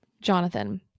Jonathan